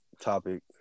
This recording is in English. topic